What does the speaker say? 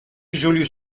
julius